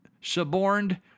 suborned